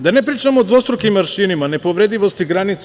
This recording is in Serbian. Da ne pričam o dvostrukim aršinima, nepovredivosti granica.